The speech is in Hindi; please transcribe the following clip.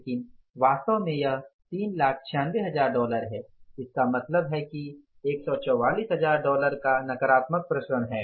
लेकिन वास्तव में यह 396000 डॉलर है इसका मतलब है कि 144000 डॉलर का नकारात्मक विचरण है